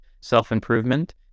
self-improvement